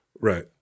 Right